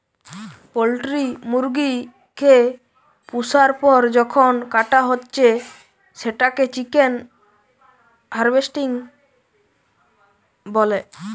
poultry মুরগি কে পুষার পর যখন কাটা হচ্ছে সেটাকে চিকেন হার্ভেস্টিং বলে